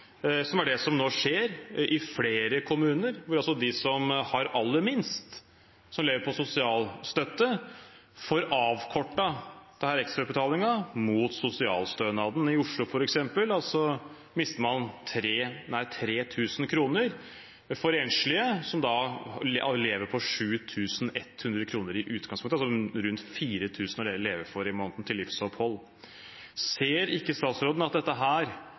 som er det som nå skjer i flere kommuner, hvor altså de som har aller minst, de som lever på sosialstøtte, får avkortet denne ekstrautbetalingen mot sosialstønaden. I Oslo, f.eks., mister man 3 000 kr. Det gjelder enslige, som i utgangspunktet lever på 7 100 kr, og de får altså rundt 4 000 i måneden til livsopphold. Ser ikke statsråden at det som nå skjer, er